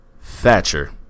Thatcher